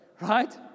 right